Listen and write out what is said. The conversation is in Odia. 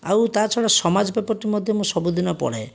ଆଉ ତା' ଛଡ଼ା ସମାଜ ପେପରଟି ମଧ୍ୟ ମୁଁ ସବୁଦିନ ପଢ଼େ